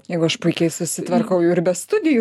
jeigu aš puikiai susitvarkau ir be studijų